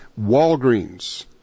Walgreens